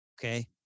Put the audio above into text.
Okay